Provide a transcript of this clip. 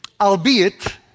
Albeit